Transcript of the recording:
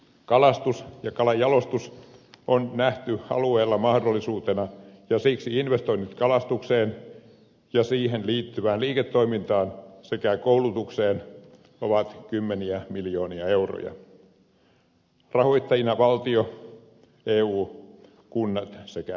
kalastus ja kalanjalostus on nähty alueella mahdollisuutena ja siksi investoinnit kalastukseen ja siihen liittyvään liiketoimintaan sekä koulutukseen ovat kymmeniä miljoonia euroja rahoittajina valtio eu kunnat sekä yrittäjät